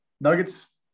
Nuggets